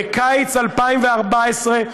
בקיץ 2014,